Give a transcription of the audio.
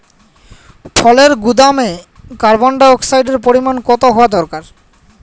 ফলের গুদামে কার্বন ডাই অক্সাইডের পরিমাণ কত হওয়া দরকার?